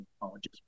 college's